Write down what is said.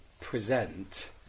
Present